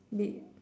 did